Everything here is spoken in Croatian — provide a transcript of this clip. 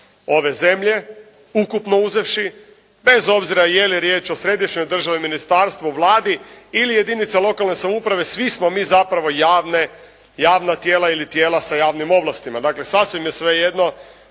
ove zemlje ukupno uzevši, bez obzira je li riječ o središnjoj državi, ministarstvu, Vladi ili jedinica lokalne samouprave. Svi smo mi zapravo javna tijela ili tijela sa javnim ovlastima. Dakle, sasvim je svejedno